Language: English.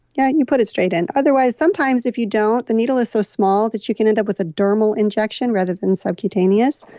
yeah, you put it straight in. otherwise, sometimes if you don't, the needle is so small that you can end up with a dermal injection rather than a subcutaneous.